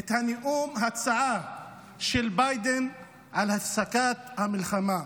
את נאום ההצעה של ביידן להפסקת המלחמה.